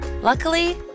Luckily